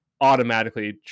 automatically